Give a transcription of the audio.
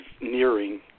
nearing